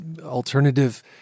alternative